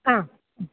ആ